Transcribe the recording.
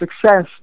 success